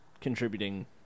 contributing